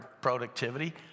productivity